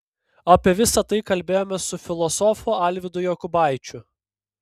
apie visa tai kalbėjomės su filosofu alvydu jokubaičiu